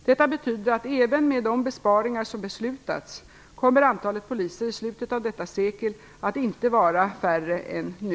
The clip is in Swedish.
Detta betyder att även med de besparingar som beslutats kommer antalet poliser i slutet av detta sekel inte att vara färre än nu.